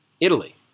Italy